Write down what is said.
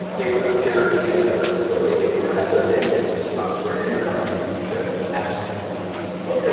they were apparently. as i heard the story, they were at their dentist's house for a dinner party, and he put acid in their tea oh, god